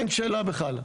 אין שאלה בכלל.